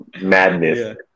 madness